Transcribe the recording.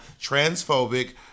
transphobic